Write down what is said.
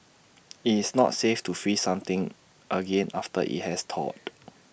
IT is not safe to freeze something again after IT has thawed